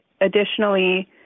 additionally